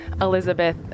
Elizabeth